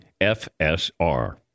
FSR